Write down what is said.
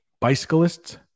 bicyclists